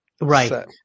Right